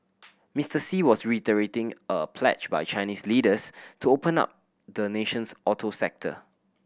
Mister Xi was reiterating a pledge by Chinese leaders to open up the nation's auto sector